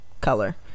Color